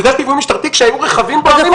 ביקשתי ליווי משטרתי כשהיו רכבים --- אז